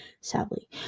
sadly